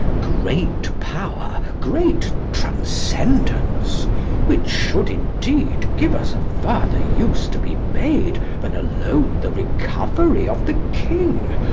great power, great transcendence which should, indeed, give us a further use to be made than alone the recov'ry of the king,